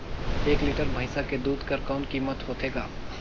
एक लीटर भैंसा के दूध कर कौन कीमत होथे ग?